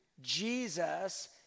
Jesus